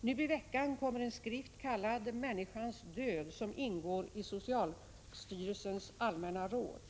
Nu i veckan kommer en skrift kallad ”Människans död” som ingår i socialstyrelsens Allmänna råd.